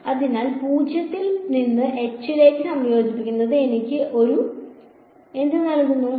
അതിനാൽ 0 ൽ നിന്ന് h ലേക്ക് സംയോജിപ്പിക്കുന്നത് എനിക്ക് ഒരു നൽകുമോ